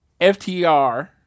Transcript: FTR